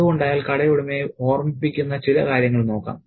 അതുകൊണ്ട് അയാൾ കടയുടമയെ ഓർമ്മിപ്പിക്കുന്ന ചില കാര്യങ്ങൾ നോക്കാം